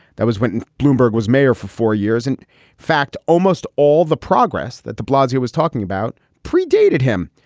that was when bloomberg was mayor for four years. in fact, almost all the progress that de blasio was talking about pre-dated him.